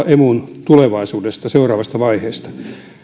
emun tulevaisuudesta seuraavasta vaiheesta